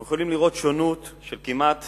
אנחנו יכולים לראות שונות של כמעט